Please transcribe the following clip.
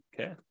Okay